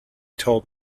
told